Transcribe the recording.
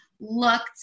looked